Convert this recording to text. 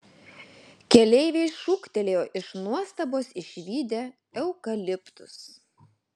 keleiviai šūktelėjo iš nuostabos išvydę eukaliptus